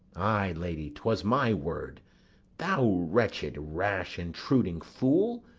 ay, lady, twas my word thou wretched, rash, intruding fool,